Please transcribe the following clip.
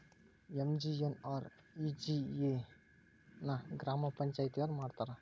MGNREGA ನ ಗ್ರಾಮ ಪಂಚಾಯತಿಯೊರ ಮಾಡ್ತಾರಾ?